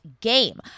game